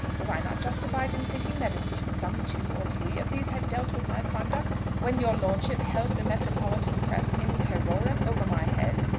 was i not justified in thinking that at least some two or three of these had dealt with my conduct, when your lordship held the metropolitan press in terrorem over my head?